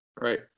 right